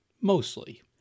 mostly